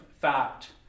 fact